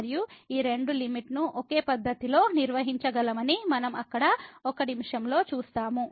మరియు ఈ రెండు లిమిట్ ను ఒకే పద్ధతిలో నిర్వహించగలమని మనం అక్కడ ఒక నిమిషంలో చూస్తాము